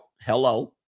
Hello